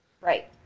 Right